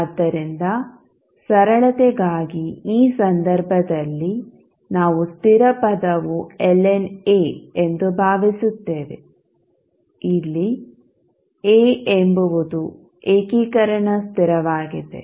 ಆದ್ದರಿಂದ ಸರಳತೆಗಾಗಿ ಈ ಸಂದರ್ಭದಲ್ಲಿ ನಾವು ಸ್ಥಿರ ಪದವು ln A ಎಂದು ಭಾವಿಸುತ್ತೇವೆ ಇಲ್ಲಿ A ಎಂಬುದು ಏಕೀಕರಣ ಸ್ಥಿರವಾಗಿದೆ